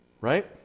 Right